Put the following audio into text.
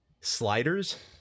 Sliders